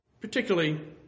particularly